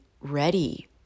ready